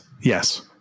Yes